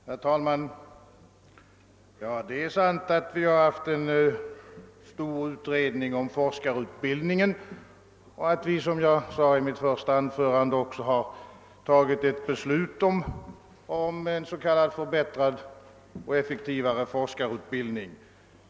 Herr talman! Det är sant att vi har haft en stor utredning om forskarutbildningen och att vi som jag sade i mitt första anförande också tagit ett belsut om en s.k. förbättrad och effektivare forskarutbildning.